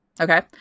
Okay